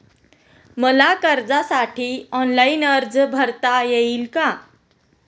मला कर्जासाठी ऑनलाइन अर्ज भरता येईल का?